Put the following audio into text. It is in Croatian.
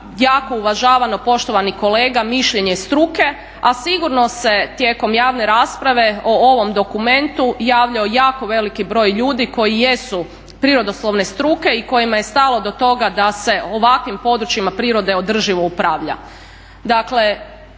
jako uvažavano poštovani kolega mišljenje struke, a sigurno se tijekom javne rasprave o ovom dokumentu javljao jako veliki broj ljudi koji jesu prirodoslovne struke i kojima je stalo do toga da se ovakvim područjima prirode održivo upravlja.